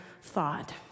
thought